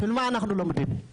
בשביל מה אנחנו לומדים,